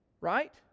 Right